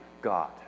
God